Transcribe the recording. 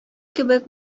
кебек